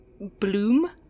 bloom